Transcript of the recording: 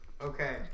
Okay